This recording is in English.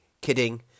kidding